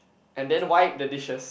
and then wipe the dishes